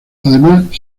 además